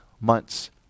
months